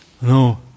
no